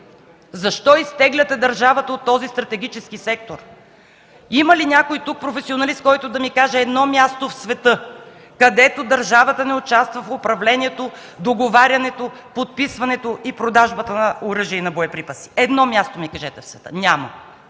защо изтегляте държавата от този стратегически сектор? Има ли някой тук професионалист, който да ми каже едно място в света, където държавата не участва в управлението, договарянето, подписването и продажбата на оръжие и на боеприпаси? Едно място ми кажете в света. Няма!